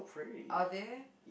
are they